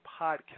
podcast